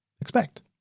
expect